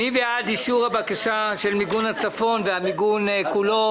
מי בעד אישור הבקשה של מיגון הצפון והמיגון כולו,